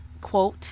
quote